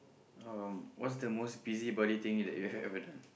um what's the most busybody thing that you have ever done